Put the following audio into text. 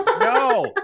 No